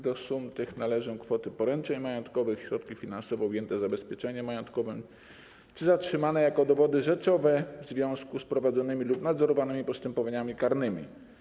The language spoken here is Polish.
Do sum tych należą kwoty poręczeń majątkowych, środki finansowe ujęte w zabezpieczeniu majątkowym czy zatrzymane jako dowody rzeczowe w związku z prowadzonymi lub nadzorowanymi postępowaniami karnymi.